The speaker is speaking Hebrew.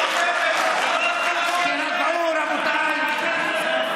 תירגעו, רבותיי.